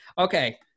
Okay